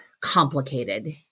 complicated